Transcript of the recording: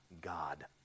God